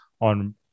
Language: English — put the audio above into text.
on –